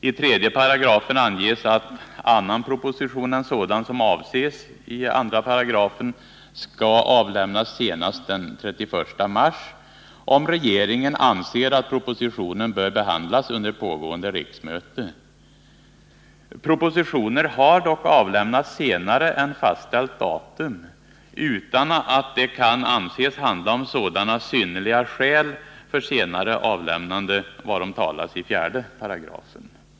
I 3§ stadgas: Propositioner har dock avlämnats senare än fastställt datum utan att det kan anses handla om sådana ”synnerliga skäl” för senare avlämnande varom talas i 48.